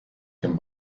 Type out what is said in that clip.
dem